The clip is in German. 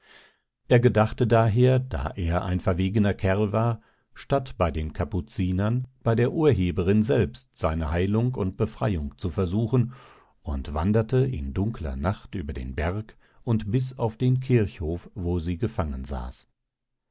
er gedachte daher da er ein verwegener kerl war statt bei den kapuzinern bei der urheberin selbst seine heilung und befreiung zu versuchen und wanderte in dunkler nacht über den berg und bis auf den kirchhof wo sie gefangen saß